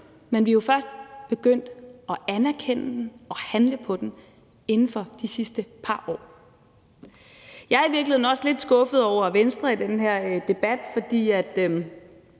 men vi er først begyndt at anerkende den og handle på den inden for de sidste par år. Jeg er i virkeligheden også lidt skuffet over Venstre i den her debat. For